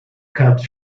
comes